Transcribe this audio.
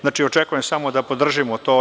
Znači, očekujem da podržimo to.